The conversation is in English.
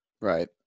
Right